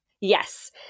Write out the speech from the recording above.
Yes